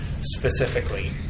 specifically